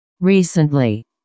Recently